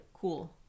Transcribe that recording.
cool